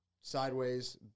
sideways